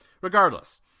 Regardless